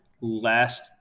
last